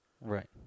Right